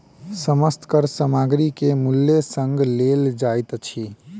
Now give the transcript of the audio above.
समस्त कर सामग्री के मूल्य संग लेल जाइत अछि